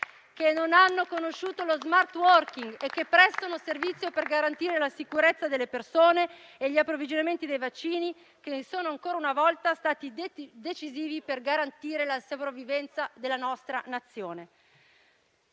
che non hanno conosciuto lo *smart working* e che prestano servizio per garantire la sicurezza delle persone e gli approvvigionamenti dei vaccini, che ancora una volta sono stati decisivi per garantire la sopravvivenza della nostra Nazione.